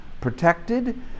protected